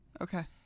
Okay